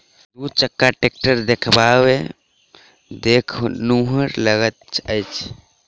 दू चक्का टेक्टर देखबामे देखनुहुर लगैत अछि